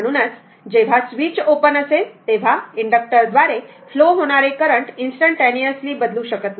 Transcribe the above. म्हणूनच जेव्हा switch open असेल तेव्हा इंडक्टक्टरद्वारे फ्लो होणार करंट इंस्टंटेनियसली बदलू शकत नाही